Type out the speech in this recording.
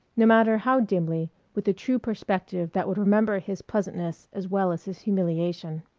no matter how dimly, with a true perspective that would remember his pleasantness as well as his humiliation.